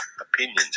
opinions